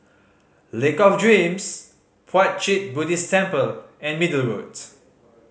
Lake of Dreams Puat Jit Buddhist Temple and Middle Road